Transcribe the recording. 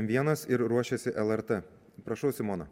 vienas ir ruošėsi lrt prašau simona